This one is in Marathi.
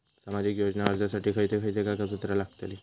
सामाजिक योजना अर्जासाठी खयचे खयचे कागदपत्रा लागतली?